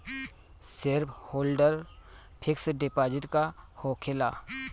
Shareholder fix deposit का होखे ला?